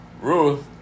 Ruth